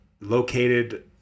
located